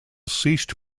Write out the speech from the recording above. ceased